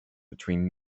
between